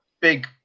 big